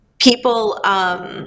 People